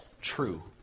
true